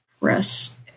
press